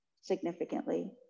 significantly